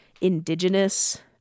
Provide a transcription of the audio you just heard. indigenous